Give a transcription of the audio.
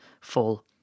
full